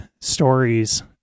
stories